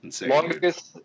Longest